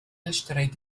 اشتريت